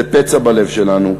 זה פצע בלב שלנו,